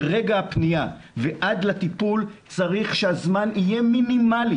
מרגע הפנייה ועד לטיפול צריך שהזמן יהיה מינימלי,